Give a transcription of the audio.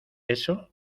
eso